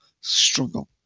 struggle